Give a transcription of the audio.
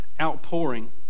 outpouring